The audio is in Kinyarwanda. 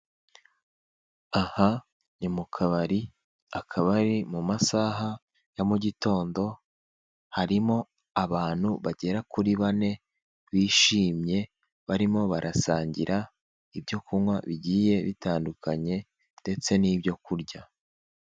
Aha ni mu kabari, akaba ari mu masaha ya mu gitondo, harimo abantu bagera kuri bane bishimye, barimo barasangira ibyo kunywa bigiye bitandukanye ndetse n'ibyo kurya.